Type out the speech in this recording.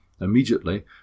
Immediately